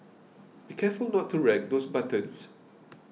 be careful not to wreck those buttons